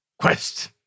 quest